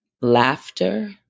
laughter